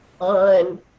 on